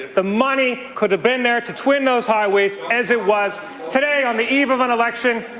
the money could have been there to twin those highways as it was today on the eve of an election,